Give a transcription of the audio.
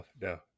no